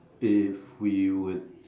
if we would